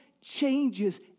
changes